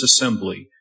assembly